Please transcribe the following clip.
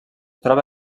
troba